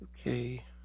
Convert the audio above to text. Okay